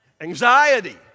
Anxiety